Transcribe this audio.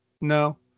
no